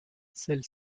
celle